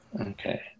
Okay